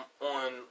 on